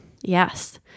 Yes